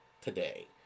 today